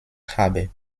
habe